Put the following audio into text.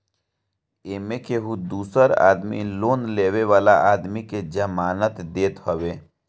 एमे केहू दूसर आदमी लोन लेवे वाला आदमी के जमानत देत हवे